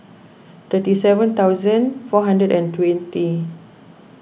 thirty seven thousand four hundred and twenty